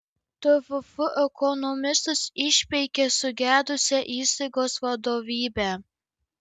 tvf ekonomistas išpeikė sugedusią įstaigos vadovybę